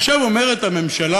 עכשיו, אומרת הממשלה,